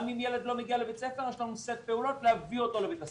גם אם ילד לא מגיע לבית ספר יש לנו סט פעולות להביא אותו לבית הספר.